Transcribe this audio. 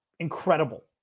Incredible